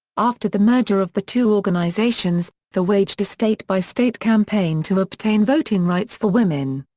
after the merger of the two organizations, the waged a state-by-state campaign to obtain voting rights for women.